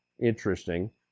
interesting